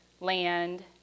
land